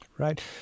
Right